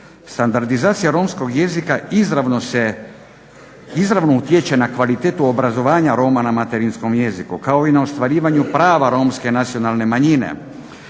Standardizacija romskog jezika izravno utječe na kvalitetu obrazovanja Roma na materinskom jeziku kao i na ostvarivanju prava romske nacionalne manjine